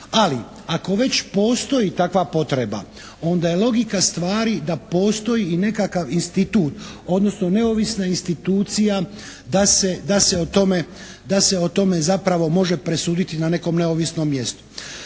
Ali ako već postoji takva potreba onda je logika stvari da postoji i nekakav institut, odnosno neovisna institucija da se o tome zapravo može presuditi na nekom neovisnom mjestu.